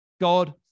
God